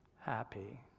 happy